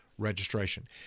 registration